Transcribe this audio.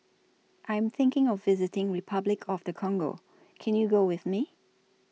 I Am thinking of visiting Repuclic of The Congo Can YOU Go with Me